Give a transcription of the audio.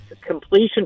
completion